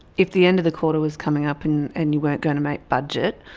if the end of the quarter was coming up and and you weren't going to make budget,